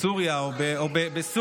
בסוריה או באיראן,